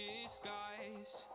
disguise